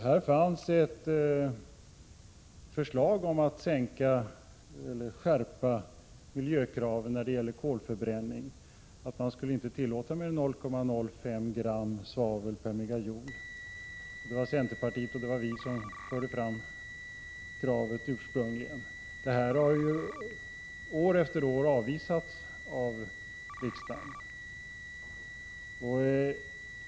Det fanns ett förslag om att skärpa miljökraven när det gäller kolförbränning — man skulle inte tillåta mer än 0,05 gram svavel per MJ. Det var centerpartiet och vi som ursprungligen förde fram detta krav. Detta krav har år efter år avslagits av riksdagen.